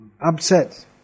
upset